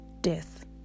death